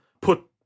put